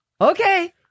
Okay